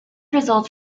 results